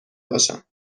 باشم